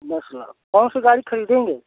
दस लाख कौन सी गाड़ी ख़रीदेंगे